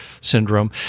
syndrome